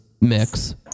mix